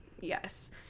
yes